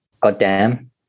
Goddamn